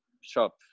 shop